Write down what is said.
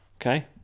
Okay